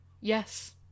Yes